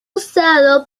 usado